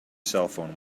cellphone